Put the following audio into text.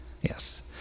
Yes